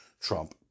Trump